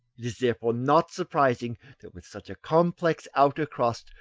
it is therefore not surprising that, with such a complex outer crust,